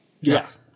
Yes